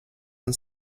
man